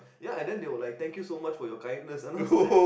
ya and then they were like thank you so much for your kindness and I was like